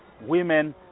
women